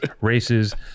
races